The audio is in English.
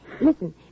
Listen